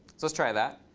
so let's try that.